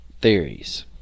theories